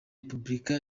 repubulika